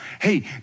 Hey